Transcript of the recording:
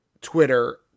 twitter